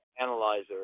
analyzer